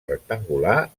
rectangular